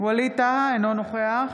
אינו נוכח